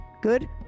Good